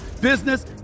business